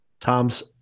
Tom's